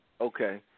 Okay